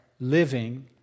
living